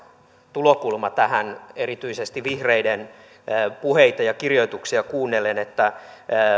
tulokulma tähän erityisesti vihreiden puheita ja kirjoituksia kuunnellen se että